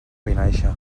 vinaixa